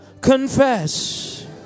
confess